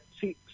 see